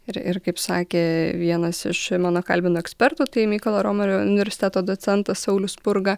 ir ir kaip sakė vienas iš mano kalbintų ekspertų tai mykolo romerio universiteto docentas saulius spurga